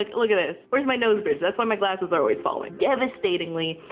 look, look at this. where's my nose bridge? that's why my glasses are always falling. devastatingly,